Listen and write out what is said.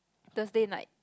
Thursday night